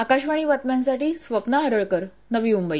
आकाशवाणी बातम्यांसाठी स्वप्ना हराळकर नवी मुंबई